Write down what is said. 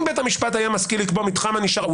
אם בית המשפט היה משכיל לקבוע מתחם ענישה ראוי,